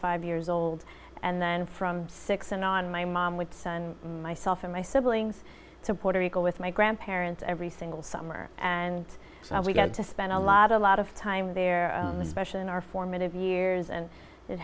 five years old and then from six in on my mom would send myself and my siblings to puerto rico with my grandparents every single summer and we got to spend a lot a lot of time there only special in our formative years and it